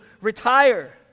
retire